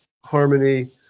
harmony